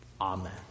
Amen